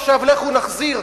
עכשיו לכו נחזיר,